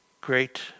great